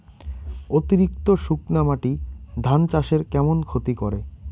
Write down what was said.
অতিরিক্ত শুকনা মাটি ধান চাষের কেমন ক্ষতি করে?